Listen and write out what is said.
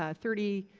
ah thirty,